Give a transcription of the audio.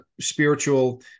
spiritual